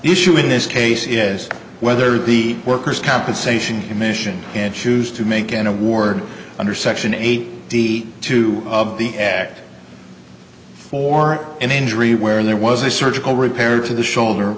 the issue in this case is whether the worker's compensation commission and choose to make an award under section eight d two of the act for an injury wherein there was a surgical repair to the shoulder